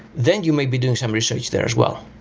then you may be doing some research there as well.